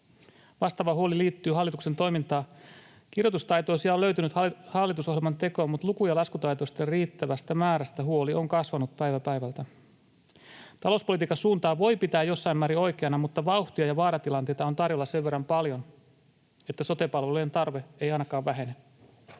Vastaava huoli liittyy hallituksen toimintaan. Kirjoitustaitoisia on löytynyt hallitusohjelman tekoon, mutta luku- ja laskutaitoisten riittävästä määrästä huoli on kasvanut päivä päivältä. Talouspolitiikan suuntaa voi pitää jossain määrin oikeana, mutta vauhtia ja vaaratilanteita on tarjolla sen verran paljon, että sote-palvelujen tarve ei ainakaan vähene.